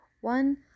One